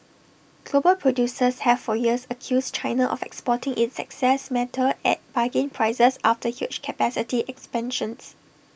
global producers have for years accused China of exporting its excess metal at bargain prices after huge capacity expansions